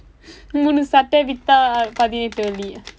மூன்று சட்டை விற்றால் பதினெட்டு வெள்ளி:muunru satdai virraal pathinetdu velli